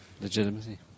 Legitimacy